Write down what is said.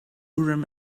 urim